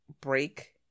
break